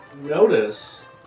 notice